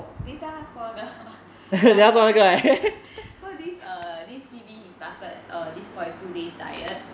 等一下他做那个 ya 他做那个 ya so this err this C_B he started err this forty two days diet